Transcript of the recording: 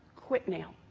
quit now.